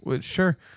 sure